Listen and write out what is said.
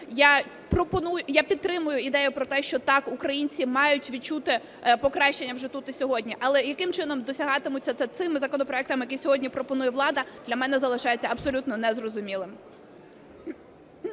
Я підтримую ідею про те, що, так, українці мають відчути покращення вже тут і сьогодні. Але яким чином досягатиметься це цими законопроектами, які сьогодні пропонує влада, для мене залишається абсолютно незрозумілим.